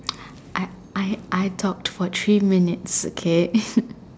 I I I talk for three minutes okay